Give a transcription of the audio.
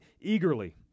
eagerly